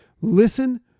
Listen